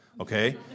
okay